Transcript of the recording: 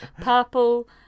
Purple